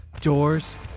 doors